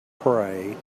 pray